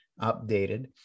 updated